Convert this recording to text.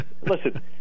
listen